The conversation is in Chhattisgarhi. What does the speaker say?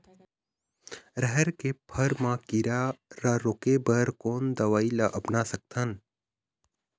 रहर के फर मा किरा रा रोके बर कोन दवई ला अपना सकथन?